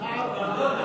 תחזור.